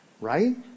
Right